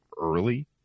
early